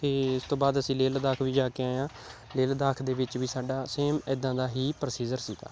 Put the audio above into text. ਅਤੇ ਇਸ ਤੋਂ ਬਾਅਦ ਅਸੀਂ ਲੇਹ ਲਦਾਖ ਵੀ ਜਾ ਕੇ ਆਏ ਹਾਂ ਲੇਹ ਲਦਾਖ ਦੇ ਵਿੱਚ ਵੀ ਸਾਡਾ ਸੇਮ ਇੱਦਾਂ ਦਾ ਹੀ ਪ੍ਰੋਸੀਜਰ ਸੀਗਾ